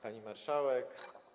Pani Marszałek!